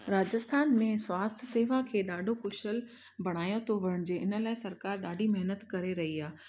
राजस्थान में स्वास्थ्य सेवा खे ॾाढो कुशल बणायो थो बणिजे इन लाइ सरकार ॾाढी महिनत करे रही आहे